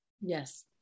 Yes